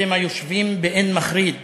אתם היושבים באין מחריד